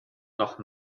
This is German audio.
noch